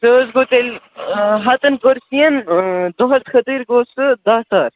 سُہ حظ گوٚو تیٚلہِ ہَتَن کُرسِیَن دۄہَس خٲطر گوٚو سُہ دَہ ساس